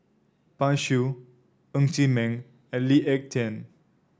Pan Shou Ng Chee Meng and Lee Ek Tieng